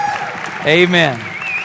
Amen